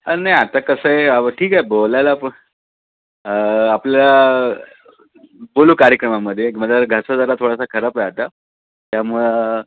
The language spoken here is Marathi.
अ नाही आता कसंय अहो ठीक आहे बोलायला प आपल्या बोलू कार्यक्रमामध्ये एक माझा घसा जरा थोडासा खराब आहे आता त्यामुळे